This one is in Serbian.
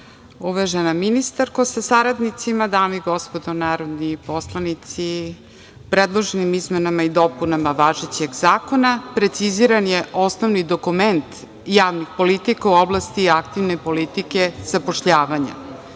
ministarko sa saradnicima, dame i gospodo narodni poslanici predloženim izmenama i dopunama važećeg zakona preciziran je osnovni dokument javnih politika u oblasti aktivne politike zapošljavanja